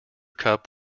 cup